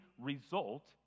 result